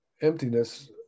emptiness